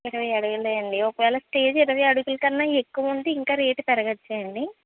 ఇరవై అడుగులే అండి ఒకవేళ స్టేజ్ ఇరవై అడుగులకన్నా ఎక్కువ ఉంటే ఇంకా రేట్ పెరగవచ్చా అండి